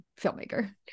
filmmaker